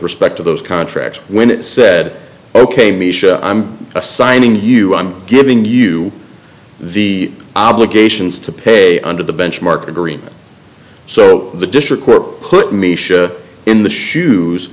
respect to those contracts when it said ok me i'm assigning you i'm giving you the obligations to pay under the benchmark agreement so the district court put me in the shoes